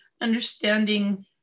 understanding